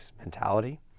mentality